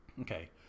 Okay